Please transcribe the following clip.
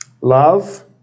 love